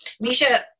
Misha